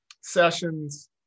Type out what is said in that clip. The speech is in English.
Sessions